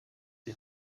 die